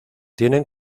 tienen